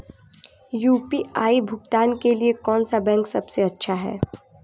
UPI भुगतान के लिए कौन सा बैंक सबसे अच्छा है?